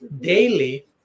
Daily